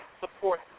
support